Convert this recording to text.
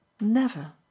never